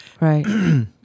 Right